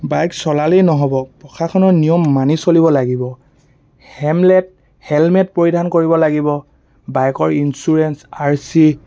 bike চলালেই নহ'ব প্ৰশাসনৰ নিয়ম মানি চলিব লাগিব হেমলেট হেলমেট পৰিধান কৰিব লাগিব বাইকৰ ইঞ্চুৰেঞ্চ আৰ চি